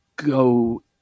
go